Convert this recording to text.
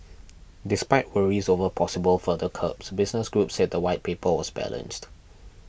despite worries over possible further curbs business groups said the White Paper was balanced